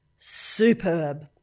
Superb